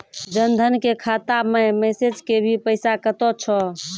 जन धन के खाता मैं मैसेज के भी पैसा कतो छ?